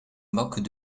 moquent